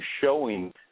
showing